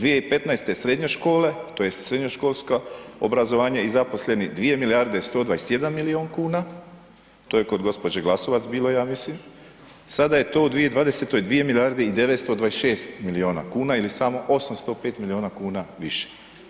2015. srednje škole tj. srednjoškolsko obrazovanje i zaposleni 2 milijarde 121 milion kuna to je kod gospođe Glasovac bilo ja mislim, sada je to u 2020. 2 milijarde i 926 miliona kuna ili samo 805 miliona kuna više.